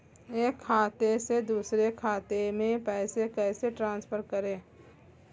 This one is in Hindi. एक खाते से दूसरे खाते में पैसे कैसे ट्रांसफर करें?